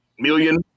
million